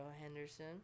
Henderson